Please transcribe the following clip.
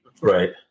Right